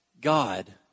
God